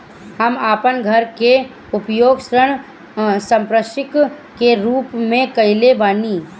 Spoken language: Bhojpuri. हम अपन घर के उपयोग ऋण संपार्श्विक के रूप में कईले बानी